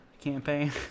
campaign